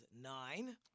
nine